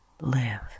live